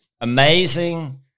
amazing